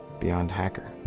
beyond hacker.